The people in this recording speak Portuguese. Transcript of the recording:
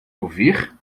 ouvir